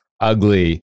ugly